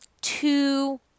two